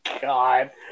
god